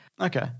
Okay